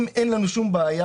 אם אין לנו שום בעיה,